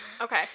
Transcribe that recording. Okay